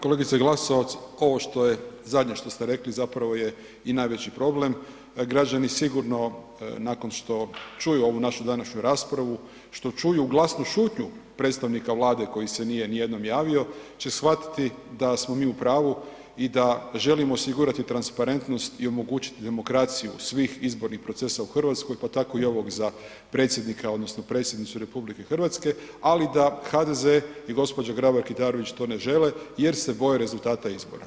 Kolegice Glasovac, ovo zadnje što ste rekli zapravo je i najveći problem, građani sigurno nakon što čuju ovu našu današnju raspravu, što čuju glasnu šutnju predstavnika Vlade koji se nije nijednom javio će shvatiti da smo mi u pravu i da želimo osigurati transparentnost i omogućiti demokraciju svih izbornih procesa u Hrvatskoj pa tako i ovog za Predsjednika odnosno Predsjednicu RH ali da HDZ i gđa. Grabar Kitarović to ne žele jer se boje rezultata izbora.